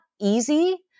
easy